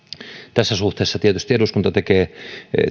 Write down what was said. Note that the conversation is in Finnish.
tässä suhteessa tietysti eduskunta tekee